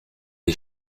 est